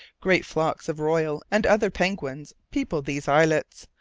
great flocks of royal and other penguins people these islets,